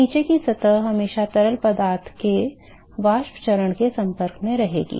तो नीचे की सतह हमेशा तरल पदार्थ के वाष्प चरण के संपर्क में रहेगी